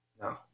No